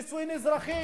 נישואים אזרחיים.